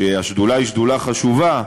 שהשדולה היא שדולה חשובה,